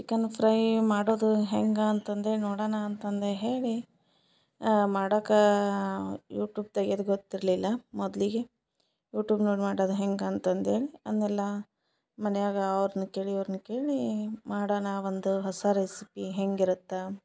chicken fry ಮಾಡೋದು ಹೆಂಗೆ ಅಂತಂದೇಳಿ ನೋಡೋಣ ಅಂತಂದು ಹೇಳಿ ಮಾಡಾಕೆ ಯುಟ್ಯೂಬ್ ತೆಗಿಯದು ಗೊತ್ತಿರಲಿಲ್ಲ ಮೊದಲಿಗೆ ಯೂಟ್ಯೂಬ್ ನೋಡಿ ಮಾಡದು ಹೆಂಗಂತಂದೇಳಿ ಅಂದೆಲ್ಲ ಮನೆಯಾಗ ಅವ್ರ್ನ ಕೇಳಿ ಇವ್ರ್ನ ಕೇಳಿ ಮಾಡೋಣ ಒಂದು ಹೊಸ ರೆಸಿಪಿ ಹೆಂಗಿರತ್ತೆ